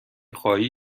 خواهی